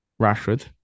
Rashford